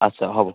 আচ্ছা হ'ব